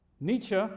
Nietzsche